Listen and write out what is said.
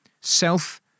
Self